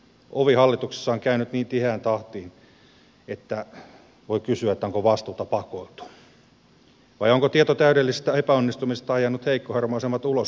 ovi hallituksessa on käynyt niin tiheään tahtiin että voi kysyä onko vastuuta pakoiltu vai onko tieto täydellisestä epäonnistumisesta ajanut heikkohermoisimmat ulos uppoavasta laivasta